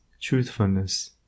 truthfulness